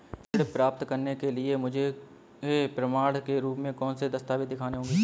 ऋण प्राप्त करने के लिए मुझे प्रमाण के रूप में कौन से दस्तावेज़ दिखाने होंगे?